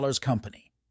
company